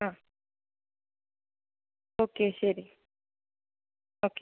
ആ ഓക്കെ ശരി ഓക്കെ